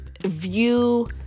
view